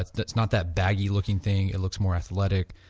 it's not that baggy looking thing, it looks more athletic.